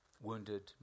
wounded